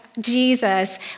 Jesus